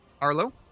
Arlo